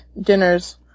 dinners